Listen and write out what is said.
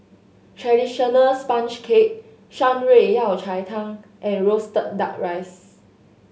traditional sponge cake Shan Rui Yao Cai Tang and roasted Duck Rice